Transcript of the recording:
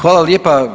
Hvala lijepo.